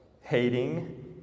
hating